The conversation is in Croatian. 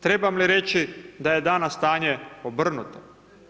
Trebam li reći da je danas stanje obrnuto.